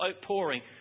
outpouring